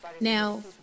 Now